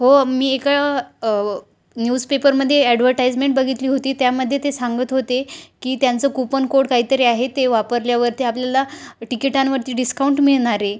हो मी एका न्यूजपेपरमध्ये ॲडवर्टाईजमेंट बघितली होती त्यामध्ये ते सांगत होते की त्यांचं कुपन कोड काहीतरी आहे ते वापरल्यावरती आपल्याला टिकिटांवरती डिस्काउंट मिळणार आहे